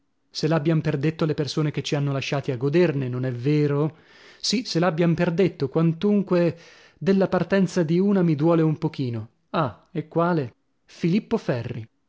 così se l'abbian per detto le persone che ci hanno lasciati a goderne non è vero sì se l'abbian per detto quantunque della partenza di una mi duole un pochino ah e quale filippo ferri